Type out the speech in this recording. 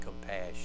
compassion